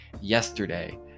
yesterday